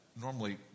Normally